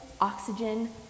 oxygen